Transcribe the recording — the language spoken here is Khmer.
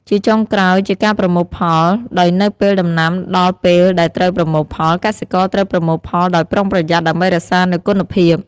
ជាចុងក្រោយជាការប្រមូលផល ដោយនៅពេលដំណាំដល់ពេលដែលត្រូវប្រមូលផល កសិករត្រូវប្រមូលផលដោយប្រុងប្រយ័ត្នដើម្បីរក្សានូវគុណភាព។